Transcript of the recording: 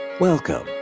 Welcome